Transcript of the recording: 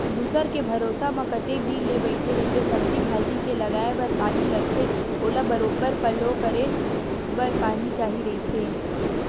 दूसर के भरोसा म कतेक दिन ले बइठे रहिबे, सब्जी भाजी के लगाये बर पानी लगथे ओला बरोबर पल्लो करे बर पानी चाही रहिथे